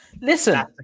Listen